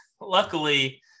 luckily